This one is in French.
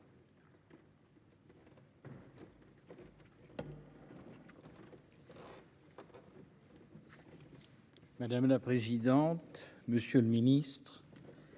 Madame la présidente, monsieur le ministre,